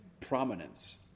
prominence